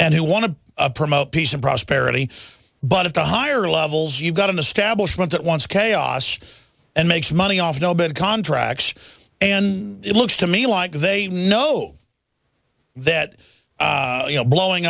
and who want to promote peace and prosperity but at the higher levels you've got an establishment that wants chaos and makes money off no bid contracts and it looks to me like they know that you know blowing